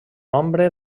nombre